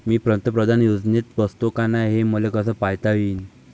मी पंतप्रधान योजनेत बसतो का नाय, हे मले कस पायता येईन?